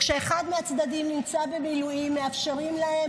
כשאחד מהצדדים נמצא במילואים מאפשרים להם,